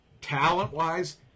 Talent-wise